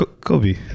Kobe